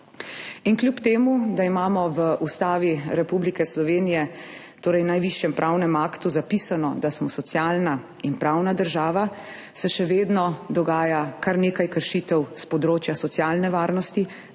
In kljub temu da imamo v Ustavi Republike Slovenije, torej v najvišjem pravnem aktu, zapisano, da smo socialna in pravna država, se še vedno dogaja kar nekaj kršitev s področja socialne varnosti,